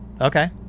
okay